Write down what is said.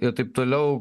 ir taip toliau